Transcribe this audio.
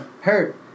hurt